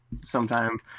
sometime